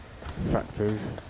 factors